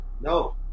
No